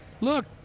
Look